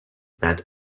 that